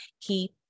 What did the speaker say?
Keep